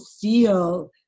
feel